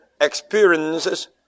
experiences